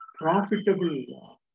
profitable